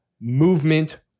movement